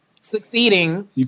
succeeding